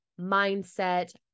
mindset